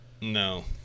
No